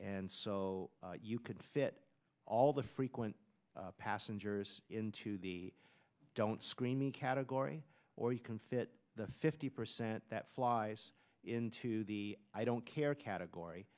and so you could fit all the frequent passengers into the don't screen me category or you can fit the fifty percent that flies into the i don't care category